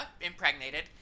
impregnated